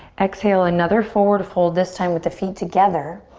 exhale, another forward fold this time with the feet together.